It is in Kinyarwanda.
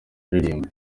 aririmba